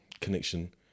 connection